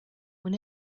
when